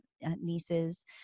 nieces